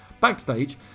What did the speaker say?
Backstage